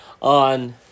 on